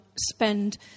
spend